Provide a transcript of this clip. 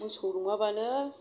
मोसौ नङाबानो